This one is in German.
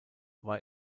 war